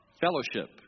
fellowship